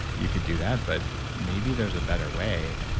you could do that, but maybe there's a better way.